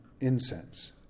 incense